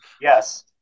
Yes